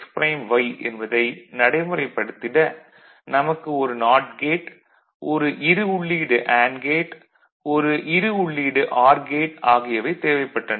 y என்பதை நடைமுறைப்படுத்திட நமக்கு ஒரு நாட் கேட் ஒரு இரு உள்ளீடு அண்டு கேட் ஒரு இரு உள்ளீடு ஆர் கேட் ஆகியவைத் தேவைப்பட்டன